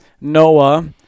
Noah